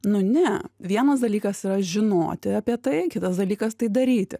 nu ne vienas dalykas yra žinoti apie tai kitas dalykas tai daryti